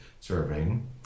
serving